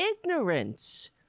ignorance